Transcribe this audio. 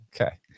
Okay